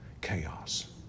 Chaos